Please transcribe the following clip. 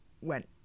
went